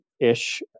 ish